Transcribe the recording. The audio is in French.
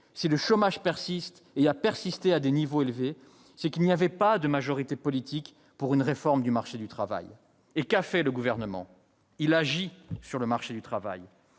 si le chômage a persisté à des niveaux élevés, c'est qu'il n'y avait pas de majorité politique pour une réforme du marché du travail. Que fait le Gouvernement ? Il agit sur le marché du travail.